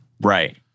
right